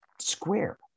square